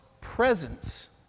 presence